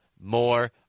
more